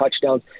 touchdowns